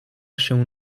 się